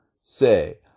Say